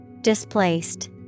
Displaced